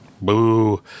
Boo